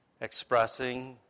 expressing